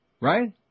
Right